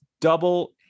double